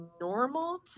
normal